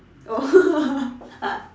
oh